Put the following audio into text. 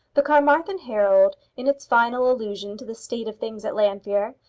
the carmarthen herald, in its final allusion to the state of things at llanfeare,